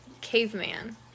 caveman